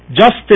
justice